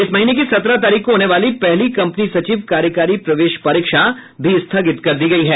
इस महीने की सत्रह तारीख को होने वाली पहली कंपनी सचिव कार्यकारी प्रवेश परीक्षा सीएसईईटी भी स्थगित कर दी गई है